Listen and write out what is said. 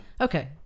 Okay